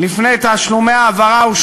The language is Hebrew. אתה לא מבין מה אתה אומר.